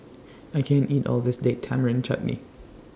I can't eat All of This Date Tamarind Chutney